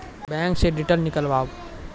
Bank से detail नीकालव?